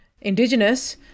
Indigenous